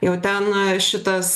jau ten šitas